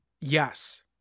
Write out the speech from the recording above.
Yes